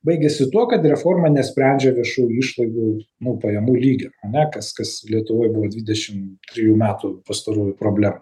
baigiasi tuo kad reforma nesprendžia viešųjų išlaidų nu pajamų lygio ane kas kas lietuvoj dvidešim trijų metų pastarųjų problema